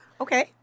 okay